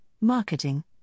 marketing